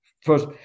first